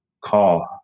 call